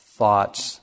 thoughts